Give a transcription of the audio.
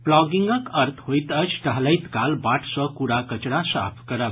प्लॉगिंगक अर्थ होइत अछि टहलैत काल बाट सँ कूड़ा कचरा साफ करब